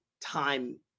time